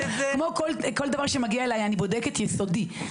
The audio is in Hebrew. כמו כל דבר שמגיע אליי אני בודקת יסודי,